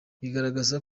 bigaragaza